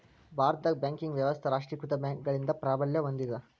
ಭಾರತದಾಗ ಬ್ಯಾಂಕಿಂಗ್ ವ್ಯವಸ್ಥಾ ರಾಷ್ಟ್ರೇಕೃತ ಬ್ಯಾಂಕ್ಗಳಿಂದ ಪ್ರಾಬಲ್ಯ ಹೊಂದೇದ